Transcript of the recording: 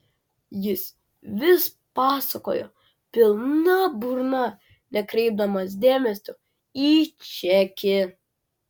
jis vis pasakojo pilna burna nekreipdamas dėmesio į čekį